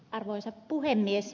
arvoisa puhemies